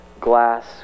Glass